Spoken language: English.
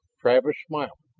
travis smiled.